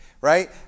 right